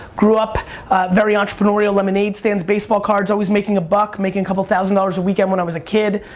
grew up very entrepreneurial, lemonade stands, baseball cards, always making a buck. making a couple thousand dollars a weekend when i was a kid.